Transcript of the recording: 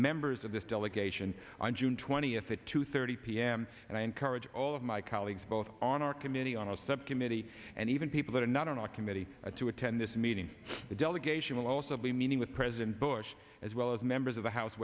members of this delegation on june twentieth at two thirty p m and i encourage all of my colleagues both on our committee on our subcommittee and even people that are not on our committee to attend this meeting the delegation will also be meeting with president bush as well as members of the house